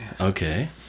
Okay